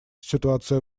ситуация